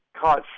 caught